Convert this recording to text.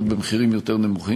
אדוני השר?